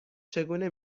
چگونه